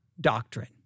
doctrine